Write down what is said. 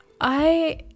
i-